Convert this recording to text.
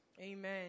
Amen